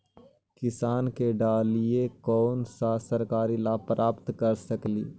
किसान के डालीय कोन सा सरकरी लाभ प्राप्त कर सकली?